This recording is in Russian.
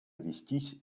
вестись